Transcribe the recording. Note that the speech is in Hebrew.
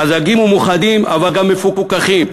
חזקים ומאוחדים, אבל גם מפוכחים.